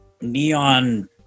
neon